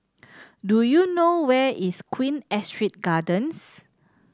do you know where is Queen Astrid Gardens